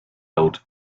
held